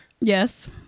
Yes